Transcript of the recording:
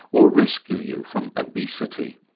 or rescue you from obesity.